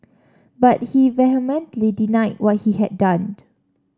but he vehemently denied what he had downed